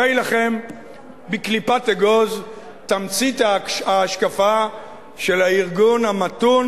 הרי לכם בקליפת אגוז תמצית ההשקפה של הארגון המתון.